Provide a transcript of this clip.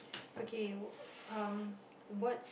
okay w~ um what's